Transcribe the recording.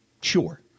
sure